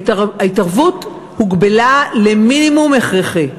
ההתערבות הוגבלה למינימום הכרחי.